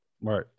Right